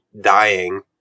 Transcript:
dying